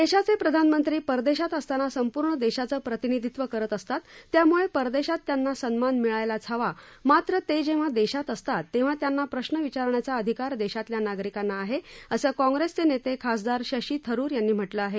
देशाचे प्रधानमंत्री परदेशात असताना संपूर्ण देशाचं प्रतिनिधित्व करत असतात त्यामुळे परदेशात त्यांना सन्मान मिळायलाच हवा मात्र ते जेव्हा देशात असतात तेव्हा त्यांना प्रश्न विचारण्याचा अधिकार देशातल्या नागरिकांना आहे असं काँग्रेसचे नेते खासदार शशी थरूर यांनी म्हटलं आहे